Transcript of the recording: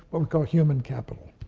what we call human capital.